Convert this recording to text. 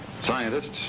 Scientists